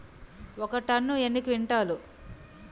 ఒక టన్ను ఎన్ని క్వింటాల్లు?